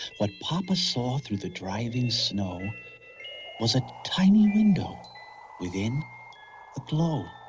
what papa saw through the driving snow was a tiny window within a glow.